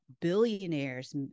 billionaires